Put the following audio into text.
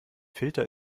filter